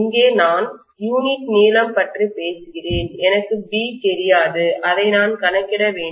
இங்கே நான் யூனிட் நீளம் பற்றி பேசுகிறேன் எனக்கு B தெரியாது அதை நான் கணக்கிட வேண்டும்